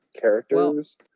characters